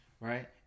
Right